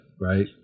right